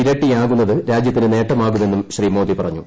ഇരട്ടിയാകുന്നത് രാജ്യത്തിന് നേട്ടമാകുമെന്നും ശ്രീ മോദി പറഞ്ഞു